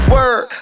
Word